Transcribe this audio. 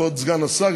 כבוד סגן השר,